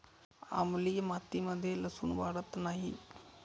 आम्लीय मातीमध्ये लसुन वाढत नाही